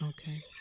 Okay